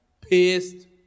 pissed